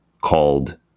called